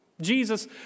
Jesus